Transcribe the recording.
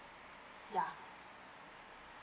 yeah